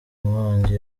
inkongi